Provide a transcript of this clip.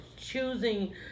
choosing